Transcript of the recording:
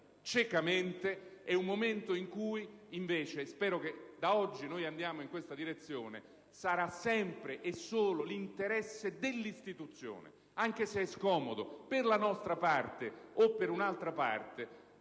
ciecamente e un momento in cui, invece a decidere - e spero che da oggi ci muoveremo in questa direzione - sarà sempre e solo l'interesse dell'istituzione, anche se scomodo, per la nostra parte o per un'altra, a